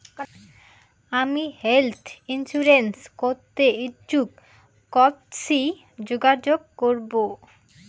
আমি health insurance করতে ইচ্ছুক কথসি যোগাযোগ করবো?